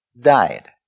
died